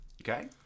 Okay